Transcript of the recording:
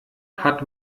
hat